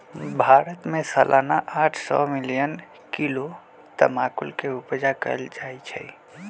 भारत में सलाना आठ सौ मिलियन किलो तमाकुल के उपजा कएल जाइ छै